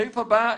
סעיף הבא.